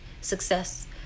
success